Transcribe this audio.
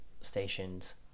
stations